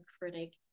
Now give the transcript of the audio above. critic